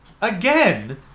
again